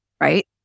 right